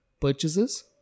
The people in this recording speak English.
purchases